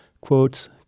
quotes